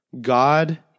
God